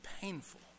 painful